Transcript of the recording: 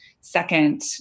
second